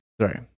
sorry